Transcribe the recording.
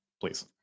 Please